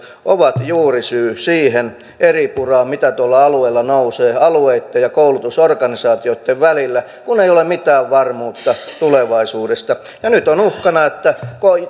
ovat juuri syy siihen eripuraan mitä tuolla alueella nousee alueitten ja koulutusorganisaatioitten välillä kun ei ole mitään varmuutta tulevaisuudesta ja nyt on uhkana että